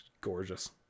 gorgeous